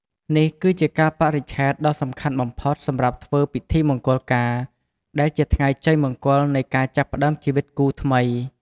នេះគឺជាកាលបរិច្ឆេទដ៏សំខាន់បំផុតសម្រាប់ធ្វើពិធីមង្គលការ ដែលជាថ្ងៃជ័យមង្គលនៃការចាប់ផ្តើមជីវិតគូថ្មី។